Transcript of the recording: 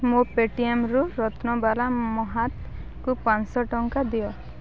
ମୋ ପେଟିଏମ୍ରୁ ରତ୍ନବାଲା ମହାତ୍କୁ ପାଞ୍ଚ ଶହ ଟଙ୍କା ଦିଅ